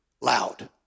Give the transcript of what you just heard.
loud